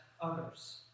others